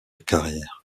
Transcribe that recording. carrière